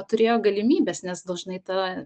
turėjo galimybės nes dažnai ta